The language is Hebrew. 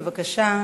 בבקשה.